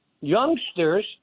youngsters